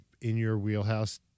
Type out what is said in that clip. in-your-wheelhouse